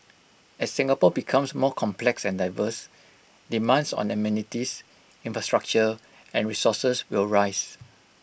as Singapore becomes more complex and diverse demands on amenities infrastructure and resources will rise